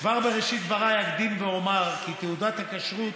כבר בראשית דבריי אקדים ואומר כי תעודת הכשרות